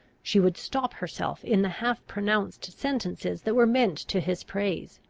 she would stop herself in the half-pronounced sentences that were meant to his praise.